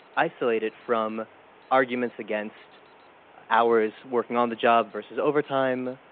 isolated from arguments against hours working on the job versus overtime,